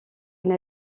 une